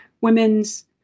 women's